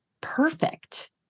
perfect